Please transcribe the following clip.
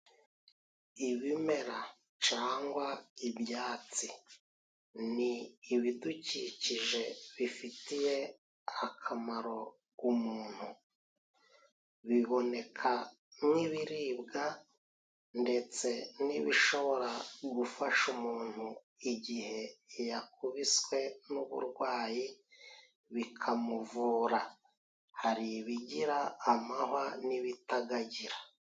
Ibimera cyangwa ibyatsi, ni ibidukikije bifitiye akamaro umuntu biboneka nk'biribwa ndetse n'ibishobora gufasha umuntu igihe yakubiswe n'uburwayi bikamuvura, hari ibigira amahwa n'ibitayagira.